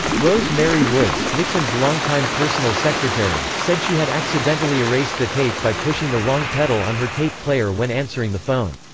rose mary woods, nixon's longtime personal secretary, said she had accidentally erased the tape by pushing the wrong pedal on her tape player when answering the phone.